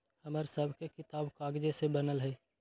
हमर सभके किताब कागजे से बनल हइ